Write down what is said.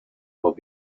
will